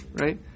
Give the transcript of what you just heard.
right